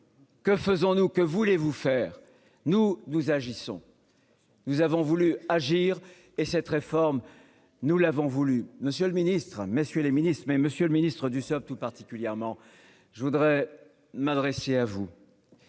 Que faisons-nous. Que voulez-vous faire. Nous, nous agissons. Nous avons voulu agir et cette réforme, nous l'avons voulu, Monsieur le ministre, messieurs les Ministres, mais Monsieur le Ministre Dussopt tout particulièrement. Je voudrais m'adresser à vous.